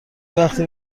وقتی